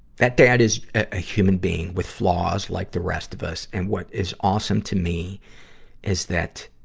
that dad is a human being with flaws like the rest of us. and what is awesome to me is that